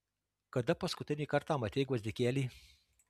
kada paskutinį kartą matei gvazdikėlį